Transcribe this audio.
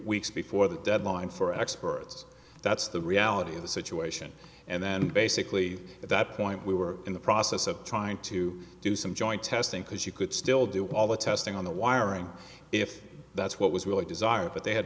weeks before the deadline for experts that's the reality of the situation and then basically at that point we were in the process of trying to do some joint testing because you could still do all the testing on the wiring if that's what was really desired but they had